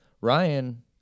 Ryan